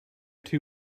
two